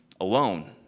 alone